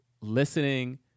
listening